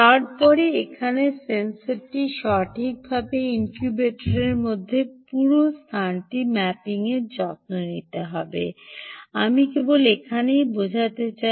তারপরে এখানে সেন্সরটি সঠিকভাবে ইনকিউবেটারের মধ্যে পুরো স্থানটি ম্যাপিংয়ের যত্ন নিতে হবে আমি কেবল এখানেই বোঝাতে চাই